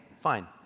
fine